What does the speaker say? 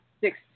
six